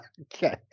Okay